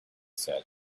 said